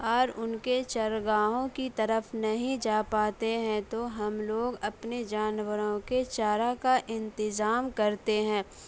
اور ان کے چراگاہوں کی طرف نہیں جا پاتے ہیں تو ہم لوگ اپنے جانوروں کے چارہ کا انتظام کرتے ہیں